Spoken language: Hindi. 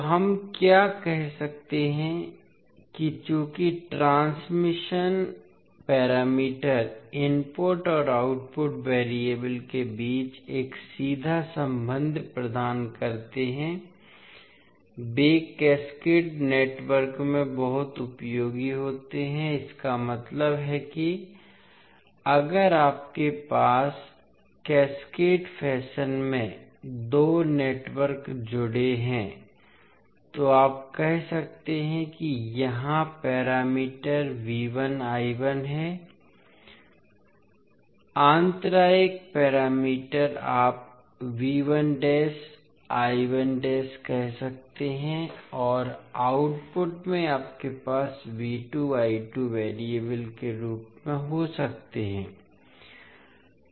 तो हम क्या कह सकते हैं कि चूंकि ट्रांसमिशन पैरामीटर इनपुट और आउटपुट वेरिएबल के बीच एक सीधा संबंध प्रदान करते हैं वे कैस्केड नेटवर्क में बहुत उपयोगी होते हैं इसका मतलब है कि अगर आपके पास कैस्केड फैशन में दो नेटवर्क जुड़े हैं तो आप कह सकते हैं कि यहां पैरामीटर हैं आंतरायिक पैरामीटर आप कह सकते हैं और आउटपुट में आपके पास वेरिएबल के रूप में हो सकते हैं